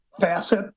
facet